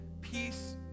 peace